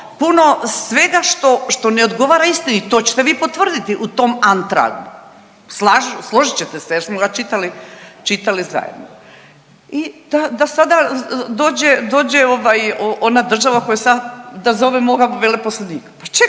puno svega što ne odgovara istini. To ćete vi potvrditi u tom antragu. Složit ćete se jer smo ga čitali, čitali zajedno. I da sada dođe, dođe ovaj ona država koja sad da zovemo ovog veleposlanika.